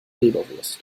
leberwurst